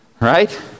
right